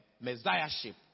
messiahship